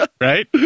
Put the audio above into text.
Right